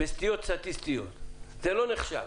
זה סטיות סטטיסטיות, זה לא נחשב.